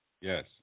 Yes